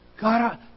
God